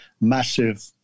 massive